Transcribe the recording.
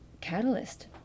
catalyst